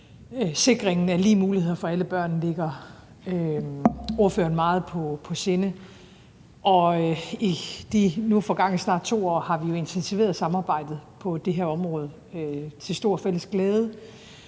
sikringen af lige muligheder for alle børn ligger ordføreren meget på sinde, og i de nu forgangne snart 2 år har vi jo intensiveret samarbejde på det her område til stor fælles glæde.